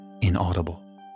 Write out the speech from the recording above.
inaudible